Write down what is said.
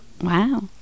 Wow